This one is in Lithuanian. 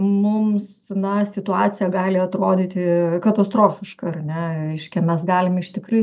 mums na situacija gali atrodyti katastrofiška ar ne reiškia mes galim iš tikrai